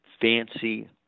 fancy